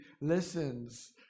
listens